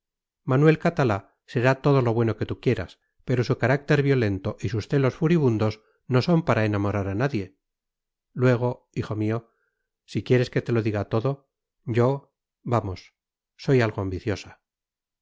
manuel catalá será todo lo bueno que tú quieras pero su carácter violento y sus celos furibundos no son para enamorar a nadie luego hijo mío si quieres que te lo diga todo yo vamos soy algo ambiciosa